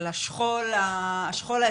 של השכול האזרחי.